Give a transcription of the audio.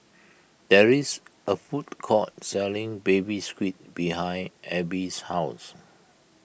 there is a food court selling Baby Squid behind Abie's house